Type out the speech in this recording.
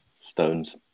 stones